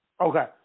Okay